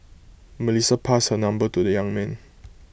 Melissa passed her number to the young man